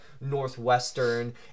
Northwestern